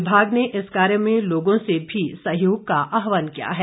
विभाग ने इस कार्य में लोगों से भी सहयोग का आह्वान किया है